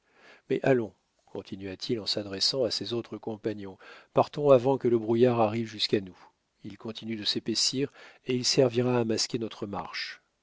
mais allons continua-t-il en s'adressant à ses autres compagnons partons avant que le brouillard arrive jusqu'à nous il continue de s'épaissir et il servira à masquer notre marche